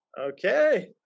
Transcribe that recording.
Okay